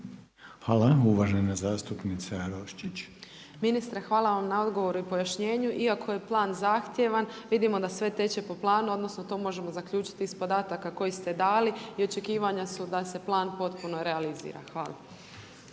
**Vranješ, Dragica (HDZ)** Ministre, hvala vam na odgovoru i pojašnjenju iako je plan zahtjevan vidimo da sve teče po planu, odnosno, to možemo zaključiti iz podataka koje ste dali i očekivanja su da se plan potpuno realizira. Hvala.